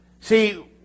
See